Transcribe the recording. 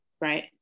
right